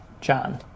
John